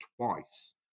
twice